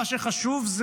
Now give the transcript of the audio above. מה שחשוב הוא